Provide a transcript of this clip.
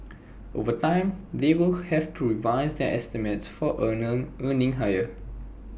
over time they will have to revise their estimates for earner earnings higher